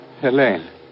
Helene